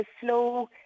slow